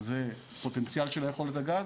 זה הפוטנציאל של היכולת בגז